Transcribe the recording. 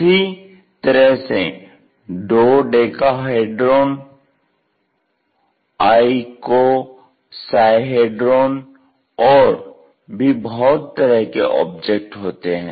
इसी तरह से डॉडेकाहेड्रॉन आईकोसाहेड्रॉन और भी बहुत तरह के ऑब्जेक्ट होते हैं